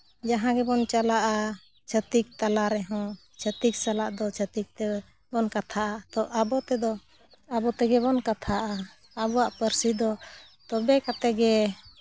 ᱡᱟᱦᱟᱸ ᱜᱮᱵᱚᱱ ᱪᱟᱞᱟᱜᱼᱟ ᱪᱷᱟᱹᱛᱤᱠ ᱛᱟᱞᱟ ᱨᱮᱦᱚᱸ ᱪᱷᱟᱹᱛᱤᱠ ᱥᱟᱞᱟᱜ ᱫᱚ ᱪᱷᱟᱹᱛᱤᱠ ᱛᱮᱵᱚᱱ ᱠᱟᱛᱷᱟᱜᱼᱟ ᱛᱳ ᱟᱵᱚ ᱛᱮᱫᱚ ᱟᱵᱚ ᱛᱮᱜᱮ ᱵᱚᱱ ᱠᱟᱛᱷᱟᱜᱼᱟ ᱟᱵᱚᱣᱟᱜ ᱯᱟᱹᱨᱥᱤ ᱫᱚ ᱛᱚᱵᱮ ᱠᱟᱛᱮᱫ ᱜᱮ